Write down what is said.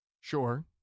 Sure